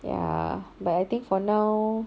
ya but I think for now